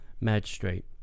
magistrate